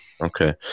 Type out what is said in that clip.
Okay